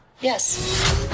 Yes